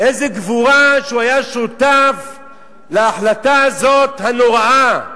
איזו גבורה, שהוא היה שותף להחלטה הזאת, הנוראה,